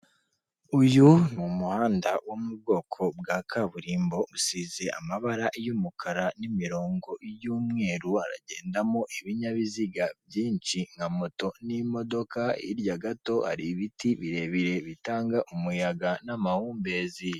Uyu ni umuhanda wo mu bwoko bwa kaburimbo, usize amabara y'umukara, n'imirongo y'umweru, haragendamo ibinyabiziga byinshi, nka moto, n'imodoka, hirya gato hari ibiti birebire bitanga umuyaga n'amahumbezi.